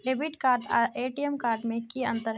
Debit card आर ATM card में की अंतर है?